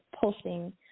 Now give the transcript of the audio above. pulsing